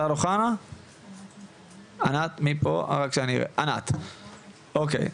ענת, אוקיי.